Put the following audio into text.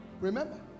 remember